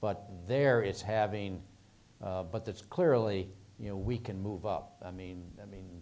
but there is having but that's clearly you know we can move up i mean i mean